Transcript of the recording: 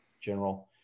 general